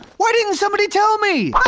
why didn't somebody tell me?